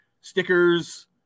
stickers